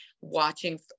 watching